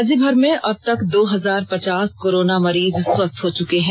राज्यभर में अबतक दो हजार पचास कोरोना मरीज स्वस्थ हो चुके हैं